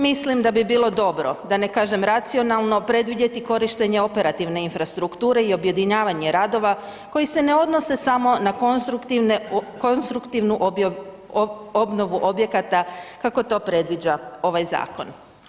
Mislim da bi bilo dobro, da ne kažem racionalno predvidjeti korištenje operativne infrastrukture i objedinjavanje radova koji se ne odnose samo na konstruktivnu obnovu objekata, kako to predviđa ovaj zakon.